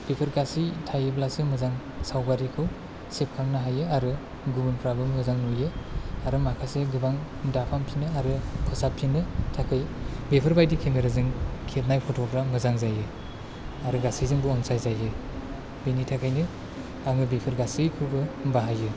बेफोर गासै थायोब्लासो मोजां सावगारिखौ सेबखांनो हायो आरो गुबुनफ्राबो मोजां नुयो आरो माखासे गोबां दाफामफिनो आरो फोसाबफिनो थाखाय बेफोरबादि केमेराजों खेबनाय फथ'फ्रा मोजां जायो आरो गासैजोंबो अनसाय जायो बेनि थाखायनो आङो बेफोर गासैखौबो बाहायो